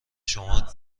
شما